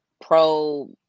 pro